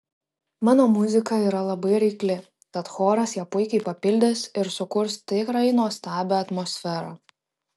mano muzika yra labai reikli tad choras ją puikiai papildys ir sukurs tikrai nuostabią atmosferą